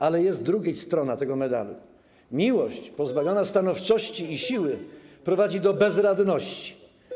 Ale jest druga strona tego medalu: miłość pozbawiona stanowczości i siły prowadzi do bezradności.